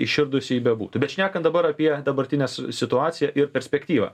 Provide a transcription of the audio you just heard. įširdusi ji bebūtų bet šnekant dabar apie dabartinę situaciją ir perspektyvą